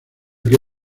que